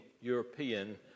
European